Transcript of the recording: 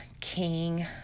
King